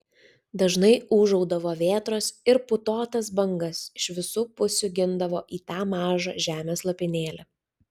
dažnai ūžaudavo vėtros ir putotas bangas iš visų pusių gindavo į tą mažą žemės lopinėlį